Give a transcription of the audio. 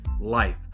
life